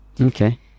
Okay